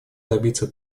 добиться